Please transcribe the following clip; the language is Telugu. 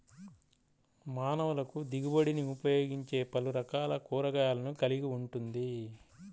మానవులకుదిగుబడినిఉపయోగించేపలురకాల కూరగాయలను కలిగి ఉంటుంది